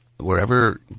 wherever